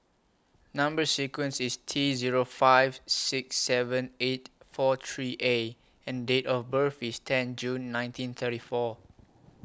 Number sequence IS T Zero five six seven eight four three A and Date of birth IS ten June nineteen thirty four